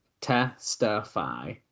Testify